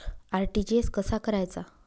RTGS कसा करायचा?